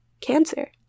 cancer